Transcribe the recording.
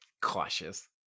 Cautious